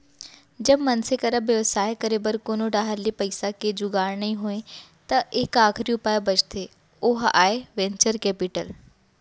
जब मनसे करा बेवसाय करे बर कोनो डाहर ले पइसा के जुगाड़ नइ होय त एक आखरी उपाय बचथे ओहा आय वेंचर कैपिटल